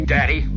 Daddy